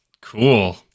Cool